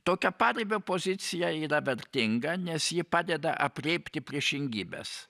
tokia paribio pozicija yra vertinga nes ji padeda aprėpti priešingybes